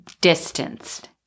distanced